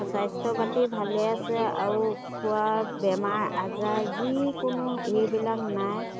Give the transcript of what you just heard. স্বাস্থ্য পাতি ভালে আছে আৰু খোৱা বেমাৰ আজাৰ যিকোনো এইবিলাক নাই